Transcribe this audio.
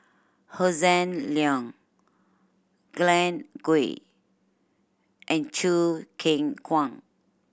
Hossan Leong Glen Goei and Choo Keng Kwang